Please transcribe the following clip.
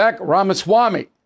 Ramaswamy